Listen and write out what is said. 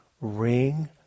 ring